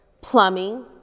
plumbing